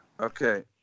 Okay